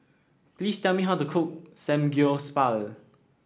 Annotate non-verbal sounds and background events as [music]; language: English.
please tell me how to cook [unintelligible]